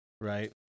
right